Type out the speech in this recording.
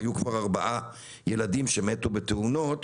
היו כבר ארבעה ילדים שמתו בתאונות.